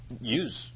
use